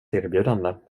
erbjudande